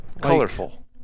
Colorful